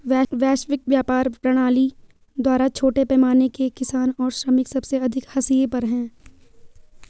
वैश्विक व्यापार प्रणाली द्वारा छोटे पैमाने के किसान और श्रमिक सबसे अधिक हाशिए पर हैं